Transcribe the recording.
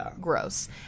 gross